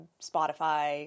Spotify